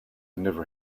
never